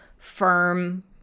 firm